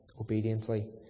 obediently